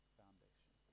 foundation